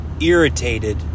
Irritated